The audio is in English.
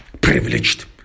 privileged